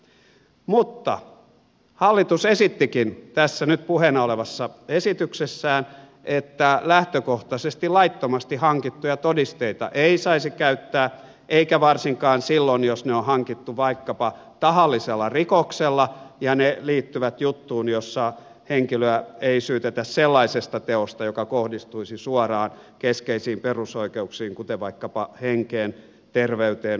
mutta hallitus esittikin tässä nyt puheena olevassa esityksessään että lähtökohtaisesti laittomasti hankittuja todisteita ei saisi käyttää eikä varsinkaan silloin jos ne on hankittu vaikkapa tahallisella rikoksella ja ne liittyvät juttuun jossa henkilöä ei syytetä sellaisesta teosta joka kohdistuisi suoraan keskeisiin perusoikeuksiin kuten vaikkapa henkeen terveyteen omaisuuteen ja niin edelleen